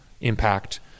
impact